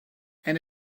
and